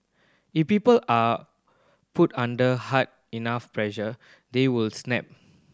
if people are put under hard enough pressure they will snap